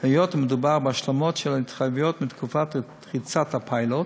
היות שמדובר בהשלמות של התחייבויות מתקופת הרצת הפיילוט,